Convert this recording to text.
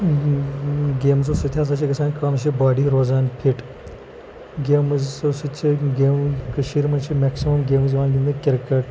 گیمزو سۭتۍ ہَسا چھِ گژھان کٲم یہِ چھےٚ باڈی روزان فِٹ گیمزو سۭتۍ چھِ گیمہٕ کٔشیٖرِ منٛز چھِ میکسِمَم گیمٕز یِوان گِنٛدنہٕ کِرکَٹ